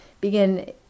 begin